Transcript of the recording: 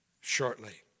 shortly